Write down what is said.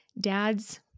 dad's